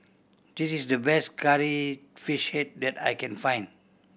this is the best Curry Fish Head that I can find